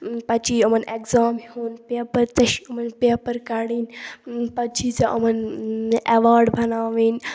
پَتہٕ چھی یِمَن اٮ۪کزام ہیوٚن پیپَر ژےٚ چھی یِمَن پیپَر کَڑٕنۍ پَتہٕ چھی ژےٚ یِمَن اٮ۪واڈ بَناوٕنۍ